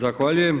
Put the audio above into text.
Zahvaljujem.